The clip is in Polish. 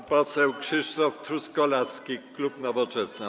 Pan poseł Krzysztof Truskolaski, klub Nowoczesna.